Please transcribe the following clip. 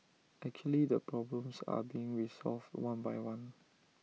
actually the problems are being resolved one by one